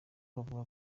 avuga